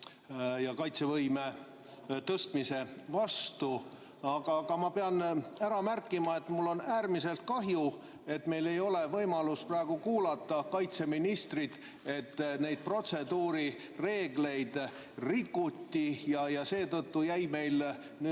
ja kaitsevõime tõstmise vastu. Aga ma pean ära märkima, et mul on äärmiselt kahju, et meil ei ole võimalust praegu kuulata kaitseministrit ja et neid protseduurireegleid rikuti ning seetõttu jäid nüüd